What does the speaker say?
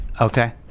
Okay